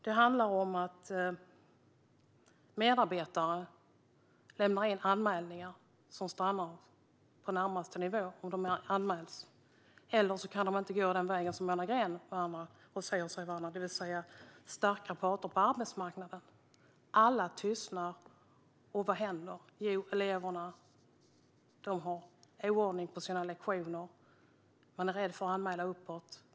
Det handlar om att medarbetare lämnar in anmälningar som stannar på den närmaste nivån. De kan inte gå den väg som Monica Green och andra säger sig värna, det vill säga den som handlar om starka parter på arbetsmarknaden. Alla tystnar. Vad händer? Jo, eleverna har oordning på sina lektioner. Man är rädd för att anmäla uppåt.